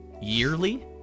yearly